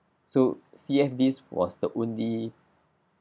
so C_F_Ds was the only